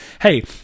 hey